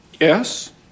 Yes